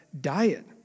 diet